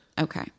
Okay